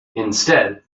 instead